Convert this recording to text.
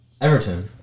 everton